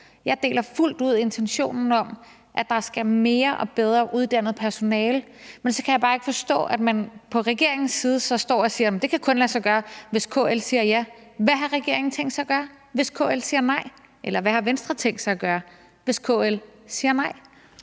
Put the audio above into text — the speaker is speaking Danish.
Jeg deler fuldt ud intentionen om, at der skal mere og bedre uddannet personale til, men så kan jeg bare ikke forstå, at man fra regeringens side står og siger, at det kun kan lade sig gøre, hvis KL siger ja. Hvad har regeringen tænkt sig at gøre, hvis KL siger nej? Eller hvad har Venstre tænkt sig at gøre, hvis KL siger nej?